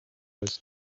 was